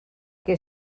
que